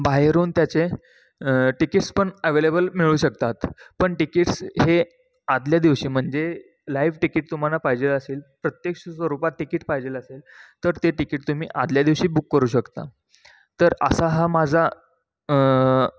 बाहेरून त्याचे तिकीट्स पण अवेलेबल मिळू शकतात पण तिकीट्स हे आदल्या दिवशी म्हणजे लाईव्ह तिकीट तुम्हाला पाहिजेल असेल प्रत्यक्ष स्वरूपात तिकीट पाहिजेल असेल तर ते तिकीट तुम्ही आदल्या दिवशी बुक करू शकता तर असा हा माझा